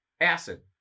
acid